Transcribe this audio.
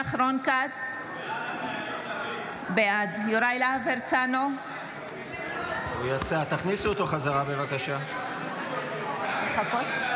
(חברת הכנסת פנינה תמנו יוצאת מאולם המליאה.) אתה נגד חיילים?